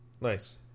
Nice